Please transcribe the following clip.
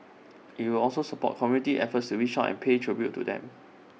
IT will also support community efforts to reach out and pay tribute to them